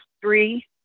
three